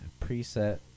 preset